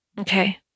Okay